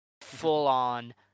full-on